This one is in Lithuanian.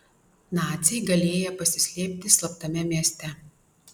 naciai galėję pasislėpti slaptame mieste